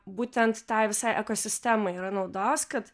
būtent tai visai ekosistemai yra naudos kad